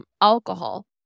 alcohol